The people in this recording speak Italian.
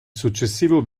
successivo